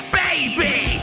baby